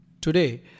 today